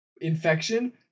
infection